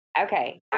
okay